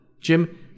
Jim